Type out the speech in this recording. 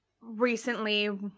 recently